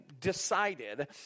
decided